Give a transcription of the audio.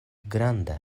granda